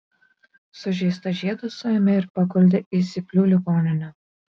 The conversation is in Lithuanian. sužeistą žiedą suėmė ir paguldė į zyplių ligoninę